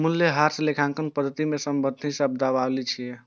मूल्यह्रास लेखांकन पद्धति सं संबंधित शब्दावली छियै